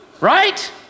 right